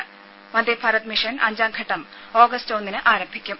ത Vande Bharat mission അഞ്ചാംഘട്ടം August ഒന്നിന് ആരംഭിക്കും